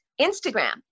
Instagram